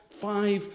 five